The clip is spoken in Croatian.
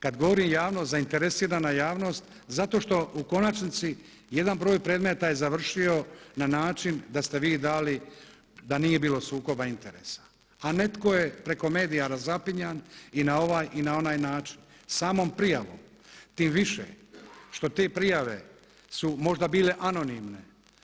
Kada govorim javnost, zainteresirana javnost zato što u konačnici jedan broj predmeta je završio na način da ste vi dali da nije bilo sukoba interesa, a neko je preko medija razapinjan i na ovaj i na onaj način, samom prijavom, tim više što te prijave su možda bile anonimne.